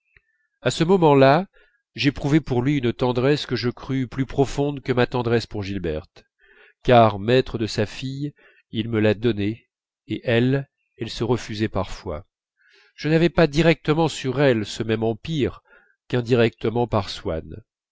à ce moment-là j'éprouvai pour lui une tendresse que je crus plus profonde que ma tendresse pour gilberte car maître de sa fille il me la donnait et elle elle se refusait parfois je n'avais pas directement sur elle ce même empire qu'indirectement par swann